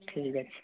ঠিক আছে